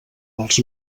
els